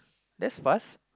that's fast